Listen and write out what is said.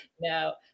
No